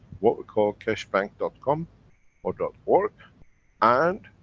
what we call, keshebank com or org and,